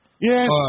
Yes